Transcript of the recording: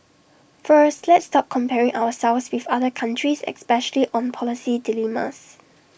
first let's stop comparing ourselves with other countries especially on policy dilemmas